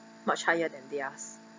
much higher than theirs